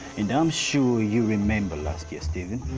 and i'm sure you remember last year steven,